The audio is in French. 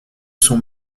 son